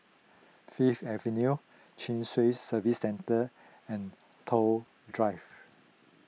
Fifth Avenue Chin Swee Service Centre and Toh Drive